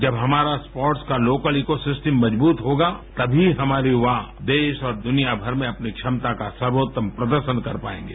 जब हमारा स्पोर्ट्स का लोकल इको सिस्टम मजबूत होगा तमी हमारे युवा देश और दुनिया भर में अपनी क्षमता का सर्वोत्तम प्रदर्शन कर पाएंगे